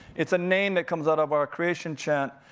it's a name that comes out of our creation chant.